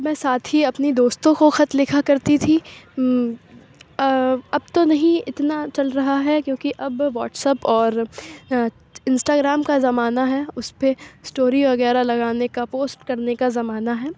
میں ساتھ ہی اپنی دوستوں کو خط لکھا کرتی تھی اب تو نہیں اتنا چل رہا ہے کیونکہ اب واٹس اپ اور انسٹاگرام کا زمانہ ہے اس پہ اسٹوری وغیرہ لگانے کا پوسٹ کرنے کا زمانہ ہے